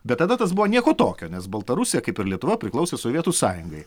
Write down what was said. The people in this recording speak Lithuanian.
bet tada tas buvo nieko tokio nes baltarusija kaip ir lietuva priklausė sovietų sąjungai